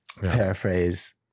paraphrase